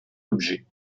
objets